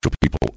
people